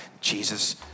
Jesus